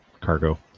cargo